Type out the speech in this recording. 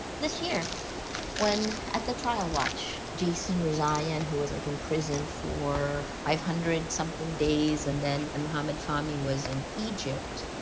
this year when, at the trialwatch, jason rezaian who was like in prison for five hundred something days, and then and mohamed fahmy was in egypt.